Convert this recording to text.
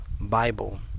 Bible